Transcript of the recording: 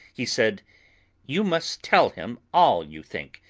he said you must tell him all you think.